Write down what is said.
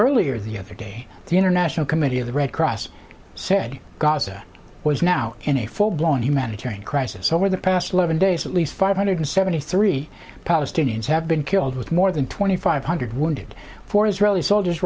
earlier the other day the international committee of the red cross said gaza was now in a full blown humanitarian crisis over the past eleven days at least five hundred seventy three palestinians have been killed with more than twenty five hundred wounded four israeli soldiers